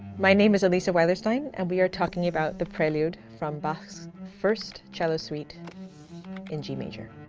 my name is alissa weilerstein, and we are talking about the prelude from bach's first cello suite in g major.